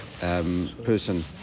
person